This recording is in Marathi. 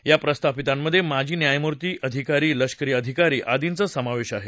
या प्रस्थापितांमध्ये माजी न्यायमूर्ती अधिकारी लष्करी अधिकारी आदींचा सामावेश आहे